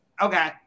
okay